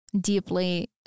deeply